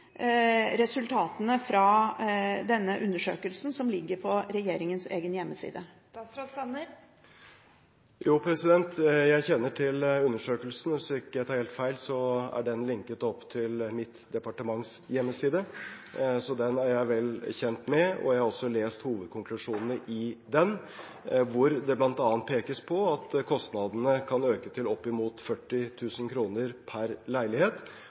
resultatene fra denne undersøkelsen, som ligger på regjeringens egen hjemmeside? Jo, jeg kjenner til undersøkelsen. Hvis jeg ikke tar helt feil, er den lenket opp til mitt departements hjemmeside, så den er jeg vel kjent med. Jeg har også lest hovedkonklusjonene i den, hvor det bl.a. pekes på at kostnadene kan øke til opp mot 40 000 kr per leilighet,